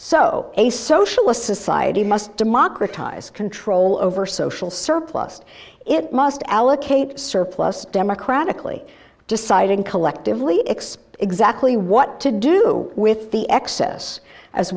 so a socialist society must democratize control over social surplused it must allocate surplus democratically deciding collectively expect exactly what to do with the excess as